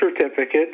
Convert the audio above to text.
certificate